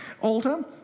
alter